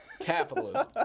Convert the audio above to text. Capitalism